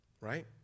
right